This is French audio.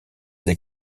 des